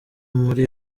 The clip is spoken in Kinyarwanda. muri